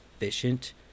efficient